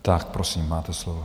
Tak prosím, máte slovo.